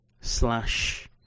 slash